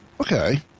Okay